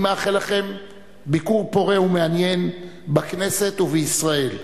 אני מאחל לכם ביקור פורה ומעניין בכנסת ובישראל.